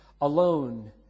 Alone